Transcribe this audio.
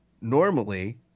normally